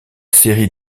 série